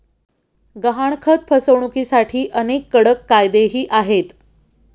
गहाणखत फसवणुकीसाठी अनेक कडक कायदेही आहेत